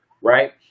Right